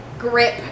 grip